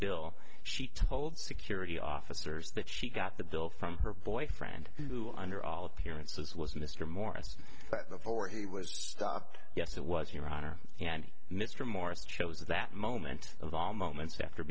bill she told security off cers that she got the bill from her boyfriend who under all appearances was mr morris before he was yes it was your honor and mr morris chose that moment of all moments after